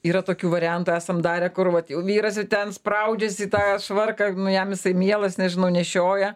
yra tokių variantų esam darę kur vat jau vyras ir ten spraudžias į tą švarką nu jam visai mielas nežinau nešioja